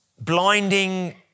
blinding